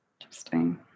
Interesting